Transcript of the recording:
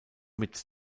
mit